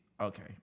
okay